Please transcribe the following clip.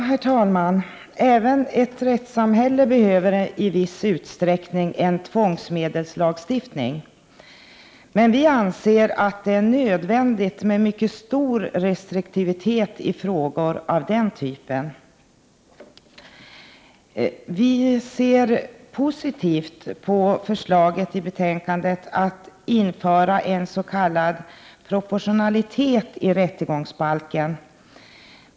Herr talman! Även ett rättssamhälle behöver i viss utsträckning en tvångsmedelslagstiftning. Men vi i vpk anser att det är nödvändigt med en mycket stor restriktivitet i frågor av den typen. Vi ser positivt på förslaget i betänkandet om att införa en s.k. proportionalitet i rättegångsbalken.